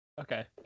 Okay